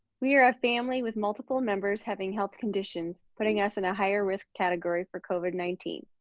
we are a family with multiple members having health conditions, putting us in a higher risk category for covid nineteen.